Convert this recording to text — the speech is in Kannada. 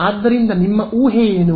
ಆದ್ದರಿಂದ ನಿಮ್ಮ ಊಹೆ ಏನು